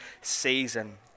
season